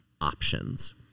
options